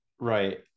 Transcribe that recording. right